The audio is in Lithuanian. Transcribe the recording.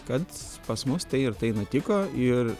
kad pas mus tai ir tai nutiko ir